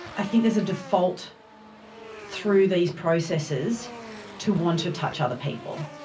i think there's a default through these processors to want to touch other people,